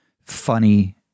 funny